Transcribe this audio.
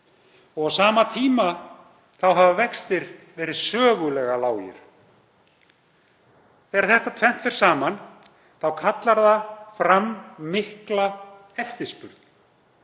Á sama tíma hafa vextir verið sögulega lágir. Þegar þetta tvennt fer saman kallar það fram mikla eftirspurn,